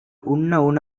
உண்ண